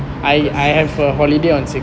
cause